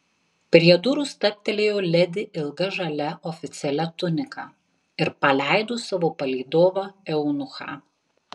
prie durų stabtelėjo ledi ilga žalia oficialia tunika ir paleido savo palydovą eunuchą